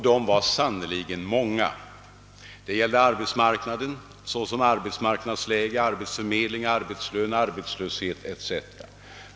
De var sannerligen många. Ärendena gällde arbetsmarknaden, såsom arbetsmarknadsläge, arbetsförmedling, arbetslön, arbetslöshet etc.